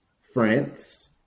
France